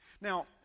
Now